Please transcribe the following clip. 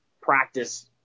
practice